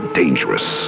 dangerous